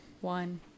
one